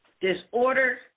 Disorder